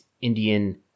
Indian